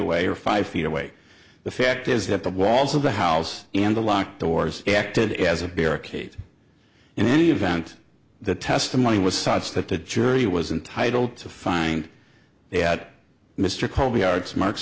away or five feet away the fact is that the walls of the house and the locked doors acted as a barricade in any event the testimony was such that the jury was entitle to find that mr colby arts marks